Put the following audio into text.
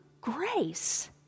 grace